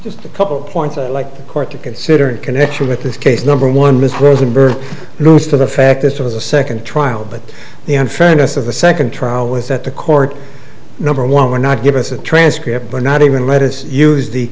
just a couple of points like the court to consider connection with this case number one ms rosenberg to the fact this was a second trial but the unfairness of the second trial was that the court number one why not give us a transcript or not even let us use the